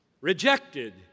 rejected